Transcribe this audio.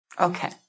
Okay